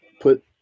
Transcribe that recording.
put